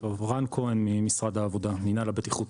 רן כהן ממשרד העבודה, מנהל הבטיחות.